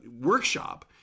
workshop